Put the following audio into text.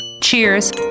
Cheers